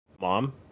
mom